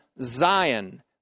Zion